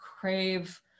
crave